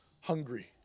hungry